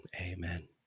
Amen